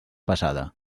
passada